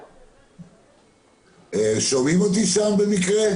צאו חמש, עשר דקות לנסח משהו.